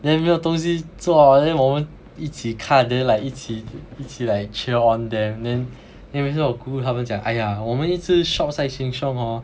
then 没有东西做 then 我们一起看 then 一起一起 like cheer on them then 每次我哭他们讲 !aiya! 我们一直 shop 在 Sheng-Siong hor